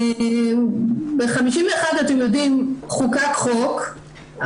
ב-1951 חוקק חוק,